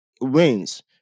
wins